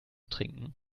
trinken